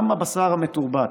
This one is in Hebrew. גם הבשר המתורבת,